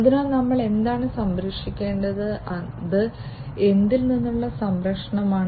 അതിനാൽ നമ്മൾ എന്താണ് സംരക്ഷിക്കേണ്ടത് അത് എന്തിൽ നിന്നുള്ള സംരക്ഷണമാണ്